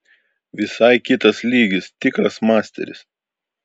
visai kitas lygis tikras masteris